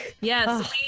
Yes